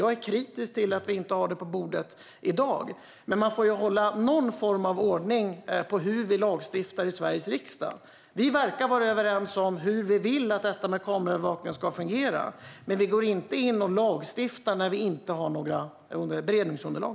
Jag är kritisk till att vi inte har det på bordet i dag, men man får ju hålla någon ordning på hur vi lagstiftar i Sveriges riksdag. Vi verkar vara överens om hur vi vill att detta med kameraövervakning ska fungera, men vi kan inte gå in och lagstifta när vi inte har något beredningsunderlag.